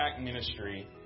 ministry